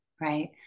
Right